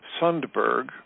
Sundberg